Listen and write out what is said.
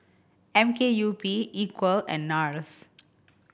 M K U P Equal and Nars